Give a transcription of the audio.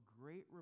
great